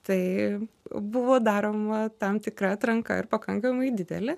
tai buvo daroma tam tikra atranka ir pakankamai didelė